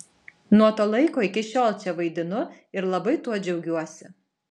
nuo to laiko iki šiol čia vaidinu ir labai tuo džiaugiuosi